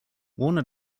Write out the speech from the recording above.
warner